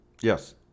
Yes